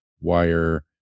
wire